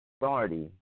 authority